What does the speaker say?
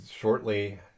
shortly